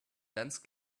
dense